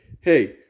hey